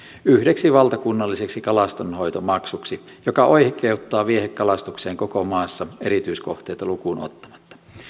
yhdeksi valtakunnalliseksi kalastonhoitomaksuksi joka oikeuttaa viehekalastukseen koko maassa erityiskohteita lukuun ottamatta